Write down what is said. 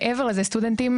מעבר לזה גם סטודנטים